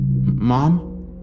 Mom